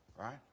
right